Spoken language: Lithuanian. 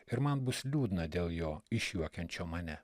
ir man bus liūdna dėl jo išjuokiančio mane